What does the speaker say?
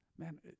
Man